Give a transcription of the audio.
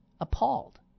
appalled